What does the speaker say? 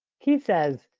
keith says,